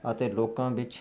ਅਤੇ ਲੋਕਾਂ ਵਿੱਚ